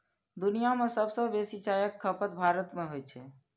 दुनिया मे सबसं बेसी चायक खपत भारत मे होइ छै